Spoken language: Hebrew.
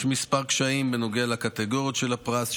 יש כמה קשיים בנוגע לקטגוריות של הפרס,